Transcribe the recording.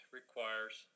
requires